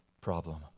problem